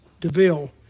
DeVille